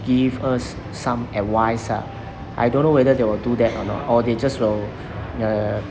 give us some advice ah I don't know whether they will do that or not or they just will err